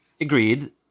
Agreed